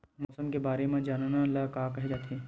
मौसम के बारे म जानना ल का कहे जाथे?